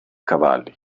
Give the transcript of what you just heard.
cavalli